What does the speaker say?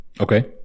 Okay